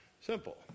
simple